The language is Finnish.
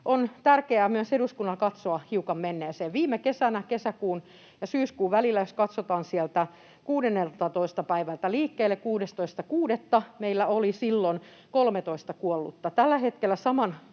On tärkeää myös eduskunnan katsoa hiukan menneeseen: Viime vuonna kesäkuun ja syyskuun välillä, jos katsotaan ja lähdetään liikkeelle 16.6., meillä oli 13 kuollutta. Tällä hetkellä, tämän